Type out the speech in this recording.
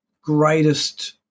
greatest